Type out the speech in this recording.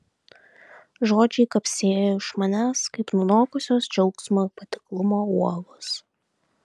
žodžiai kapsėjo iš manęs kaip nunokusios džiaugsmo ir patiklumo uogos